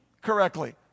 correctly